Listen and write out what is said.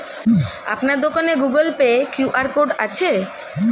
আপনার দোকানে Google pay QR code আছে?